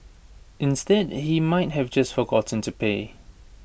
instead he might have just forgotten to pay